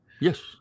Yes